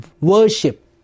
worship